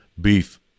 beef